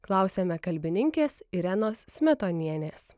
klausiame kalbininkės irenos smetonienės